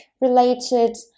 related